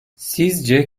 sizce